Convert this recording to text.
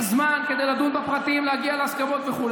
זמן כדי לדון בפרטים ולהגיע להסכמות וכו',